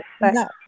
No